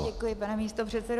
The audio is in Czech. Děkuji, pane místopředsedo.